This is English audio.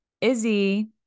Izzy